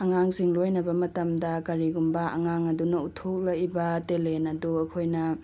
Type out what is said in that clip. ꯑꯉꯥꯡꯁꯤꯡ ꯂꯣꯏꯅꯕ ꯃꯇꯝꯗ ꯀꯔꯤꯒꯨꯝꯕ ꯑꯉꯥꯡ ꯑꯗꯨꯅ ꯎꯠꯊꯣꯛꯂꯛꯏꯕ ꯇꯦꯂꯦꯟ ꯑꯗꯨ ꯑꯩꯈꯣꯏꯅ